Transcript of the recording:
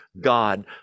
God